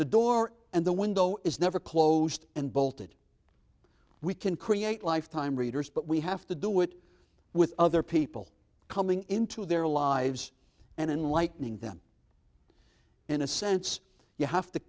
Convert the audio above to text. the door and the window is never closed and bolted we can create lifetime readers but we have to do it with other people coming into their lives and enlightening them in a sense you have to